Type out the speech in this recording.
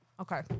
Okay